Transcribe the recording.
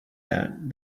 that